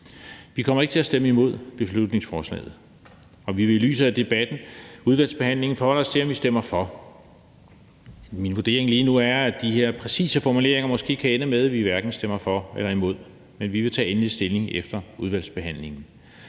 Vi kommer ikke til at stemme imod beslutningsforslaget, og vi vil i lyset af debatten og udvalgsbehandlingen forholde os til, om vi stemmer for. Min vurdering lige nu er, at de her præcise formuleringer måske kan ende med, at vi hverken stemmer for eller imod, men vi vil tage endelig stilling efter udvalgsbehandlingen,